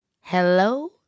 hello